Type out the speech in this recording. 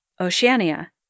Oceania